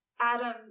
Adam